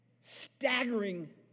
staggering